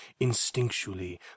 instinctually